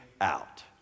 out